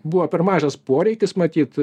buvo per mažas poreikis matyt